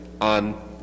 on